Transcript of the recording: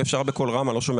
לא משנה